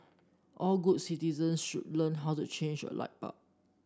all good citizen should learn how to change a light bulb